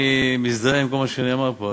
אני מזדהה עם כל מה שנאמר פה,